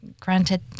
granted